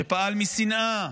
שפעל משנאה,